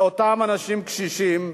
זה אותם אנשים קשישים.